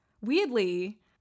weirdly